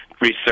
research